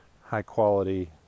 high-quality